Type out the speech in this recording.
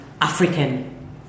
African